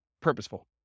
purposeful